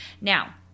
now